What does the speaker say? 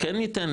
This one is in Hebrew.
כן ניתן,